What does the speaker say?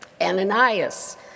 Ananias